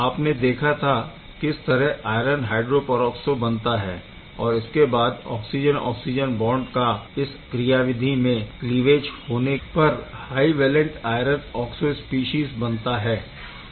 आपने देखा था किस तरह आयरन हायड्रोपरऑक्सो बनता है और इसके बाद ऑक्सिजन ऑक्सिजन बॉन्ड का इस कार्यविधि में क्लीवेज होने पर high valent iron oxo species बनता है